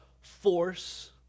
force